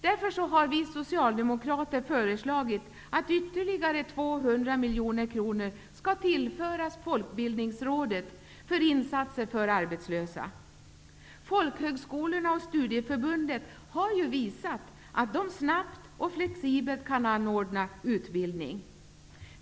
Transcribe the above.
Därför har vi socialdemokrater föreslagit att ytterligare 200 miljoner kronor skall tillföras Folkbildningsrådet för insatser för arbetslösa. Folkhögskolorna och studieförbunden har visat att de snabbt och flexibelt kan anordna utbildning.